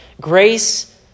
Grace